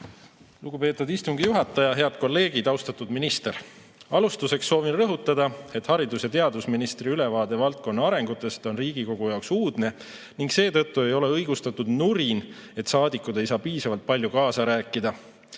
Lugupeetud istungi juhataja! Head kolleegid! Austatud minister! Alustuseks soovin rõhutada, et haridus‑ ja teadusministri ülevaade valdkonna arengutest on Riigikogu jaoks uudne ning seetõttu ei ole õigustatud nurin, et saadikud ei saa piisavalt palju kaasa rääkida.